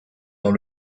dans